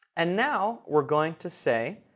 and now we're going to say,